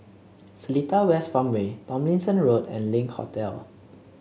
Seletar West Farmway Tomlinson Road and Link Hotel